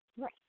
Right